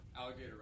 Alligator